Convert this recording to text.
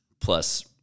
Plus